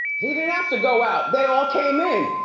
he didn't have to go out, they all came in.